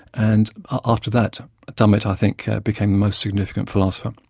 and after that dummett, i think, became the most significant philosopher.